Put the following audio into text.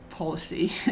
policy